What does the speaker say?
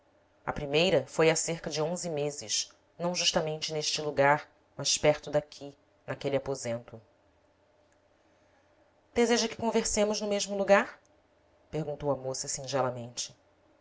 a primeira foi há cerca de onze meses não justamente neste lugar mas perto daqui naquele aposento deseja que conversemos no mesmo lugar perguntou a moça